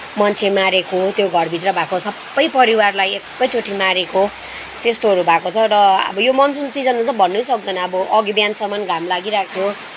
मान्छे मारेको त्यो घरभित्र भएको सबै परिवारलाई एकैचोटि मारेको त्यस्तोहरू भएको छ र अब यो मनसुन सिजनमा चाहिँ भन्नै सक्दैन अघि बिहानसम्म घाम लागि रहेको